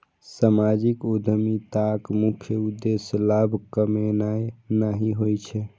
सामाजिक उद्यमिताक मुख्य उद्देश्य लाभ कमेनाय नहि होइ छै